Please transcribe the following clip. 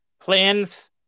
Plans